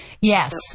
Yes